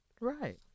Right